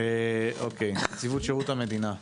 נציבות שירות המדינה.